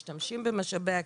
משתמשים במשאבי הקהילה.